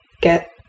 get